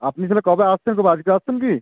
আপনি তাহলে কবে আসছেন তবে আজকে আসছেন কি